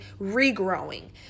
regrowing